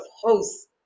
hosts